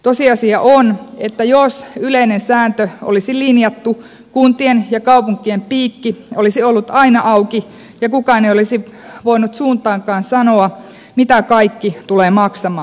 tosiasia on että jos yleinen sääntö olisi linjattu kuntien ja kaupunkien piikki olisi ollut aina auki ja kukaan ei olisi voinut suuntaankaan sanoa mitä kaikki tulee maksamaan